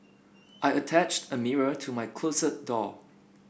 I attached a mirror to my closet door